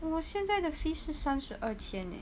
我现在的 fees 是三十二千 eh